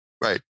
Right